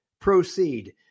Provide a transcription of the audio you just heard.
proceed